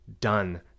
done